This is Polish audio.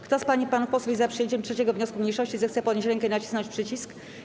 Kto z pań i panów posłów jest za przyjęciem 3. wniosku mniejszości, zechce podnieść rękę i nacisnąć przycisk.